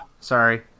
Sorry